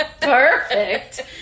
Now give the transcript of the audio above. perfect